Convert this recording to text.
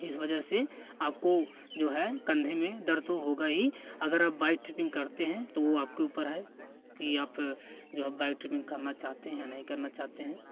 इस वजह से आपको जो है कंधे में दर्द तो होगा ही अगर आप बाइक ट्रिपिंग करते हैं तो वो आपके ऊपर है कि आप जो है बाइक ट्रिपिंग करना चाहते हैं या नहीं करना चाहते हैं